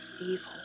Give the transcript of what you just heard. evil